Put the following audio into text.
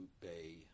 Bay